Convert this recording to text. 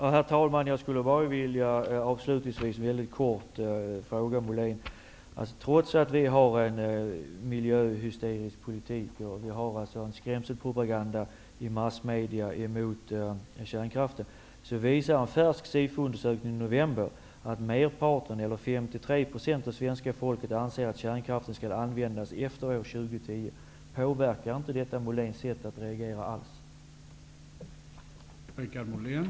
Herr talman! Avslutningsvis har jag en väldigt kort fråga till Per-Richard Molén. Trots vår miljöhysteriska politik -- i massmedia förekommer ju en skrämselpropaganda mot kärnkraften -- visar en färsk SIFO-undersökning från november att 53 % av svenska folket, dvs. flertalet svenskar, anser att kärnkraften skall användas även efter år 2010. Nu kommer min aviserade fråga: Påverkar detta alls inte Per-Richard Moléns sätt att reagera?